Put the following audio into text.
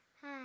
Hi